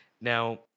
Now